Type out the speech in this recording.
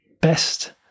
best